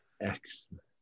excellent